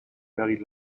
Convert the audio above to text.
very